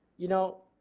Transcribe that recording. you know